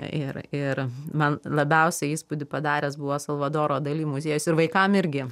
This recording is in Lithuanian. ir ir man labiausiai įspūdį padaręs buvo salvadoro dali muziejus ir vaikam irgi